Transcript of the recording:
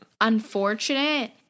unfortunate